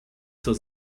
zur